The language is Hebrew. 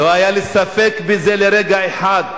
לא היה לי ספק בזה לרגע אחד.